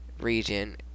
region